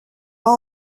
pas